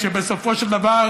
זה בסדר גמור.